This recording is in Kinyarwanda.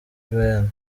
bayern